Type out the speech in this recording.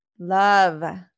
Love